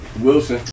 Wilson